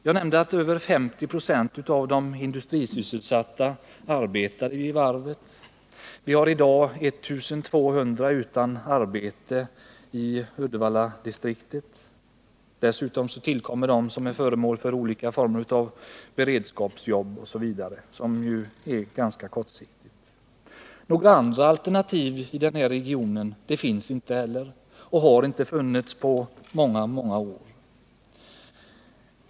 Jag nämnde att över 50 96 av de industrisysselsatta arbetar vid varven. 1200 människor går utan arbete i Uddevalladistriktet. Därtill kommer de som är föremål för olika former av beredskapsjobb osv. — ganska kortsiktiga arbeten. Några andra alternativ i regionen finns inte och har inte funnits på många år.